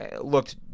looked